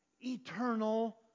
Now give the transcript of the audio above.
eternal